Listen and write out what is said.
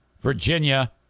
Virginia